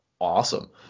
awesome